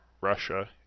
Russia